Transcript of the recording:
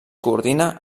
coordina